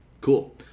Cool